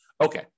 Okay